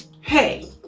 hey